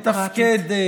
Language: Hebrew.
מתפקדת.